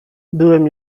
byłem